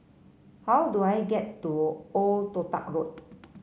how do I get to Old Toh Tuck Road